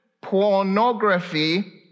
pornography